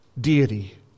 deity